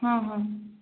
हाँ हाँ